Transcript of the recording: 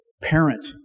parent